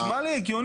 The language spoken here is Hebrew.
זה נשמע לי הגיוני,